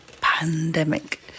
pandemic